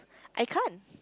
I can't